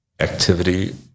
activity